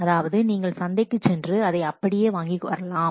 அதாவது நீங்கள் சந்தைக்குச் சென்று அதைக் அப்படியே வாங்கி வரலாம்